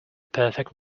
perfect